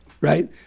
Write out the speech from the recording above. right